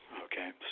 okay